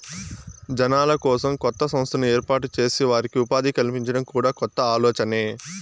జనాల కోసం కొత్త సంస్థను ఏర్పాటు చేసి వారికి ఉపాధి కల్పించడం కూడా కొత్త ఆలోచనే